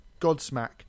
Godsmack